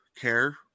care